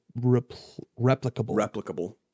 Replicable